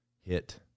hit